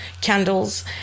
candles